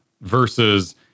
versus